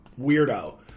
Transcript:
weirdo